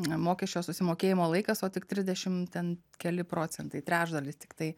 mokesčio susimokėjimo laikas o tik trisdešim ten keli procentai trečdalis tiktai